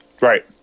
Right